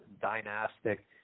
dynastic